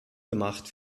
gemacht